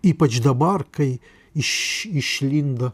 ypač dabar kai iš išlindo